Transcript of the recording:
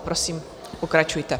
Prosím, pokračujte.